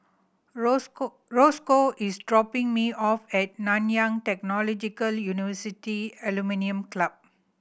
Rosco Rosco is dropping me off at Nanyang Technological University Alumni Club